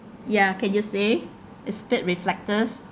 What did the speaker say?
yeah can you see it's bit reflective